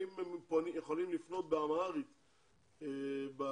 האם יכולים לפנות באמהרית במייל,